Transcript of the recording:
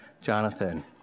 Jonathan